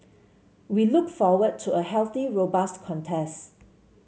we look forward to a healthy robust contest